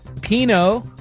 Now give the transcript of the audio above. Pinot